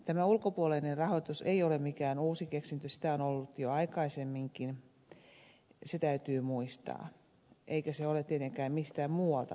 tämä ulkopuolinen rahoitus ei ole mikään uusi keksintö sitä on ollut jo aikaisemminkin se täytyy muistaa eikä se ole tietenkään mistään muualta pois